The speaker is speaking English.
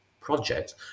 project